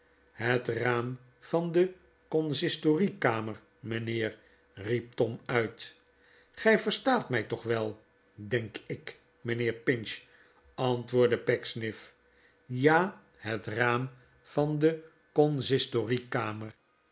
het raam van de consistoriekamer mijnheer riep tom uit gij verstaat mij toch wel denk ik mijnheer pinch antwoordde pecksniff ja het raam van de consistoriekamer